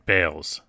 Bales